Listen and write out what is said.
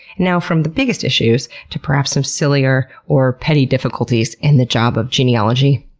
now from the biggest issues to perhaps some sillier, or petty difficulties in the job of genealogy.